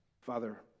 Father